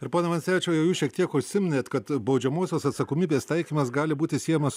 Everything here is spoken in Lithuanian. ir pone vansevičiau jau jūs šiek tiek užsiminėt kad baudžiamosios atsakomybės taikymas gali būti siejamas